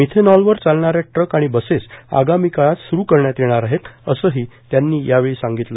मिथेनॉलवर चालणाऱ्या ट्रक आणि बसेस आगामी काळात स्रु करण्यात येणार आहेत असंहि त्यांनी यावेळी सांगितल